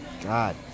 God